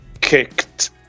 kicked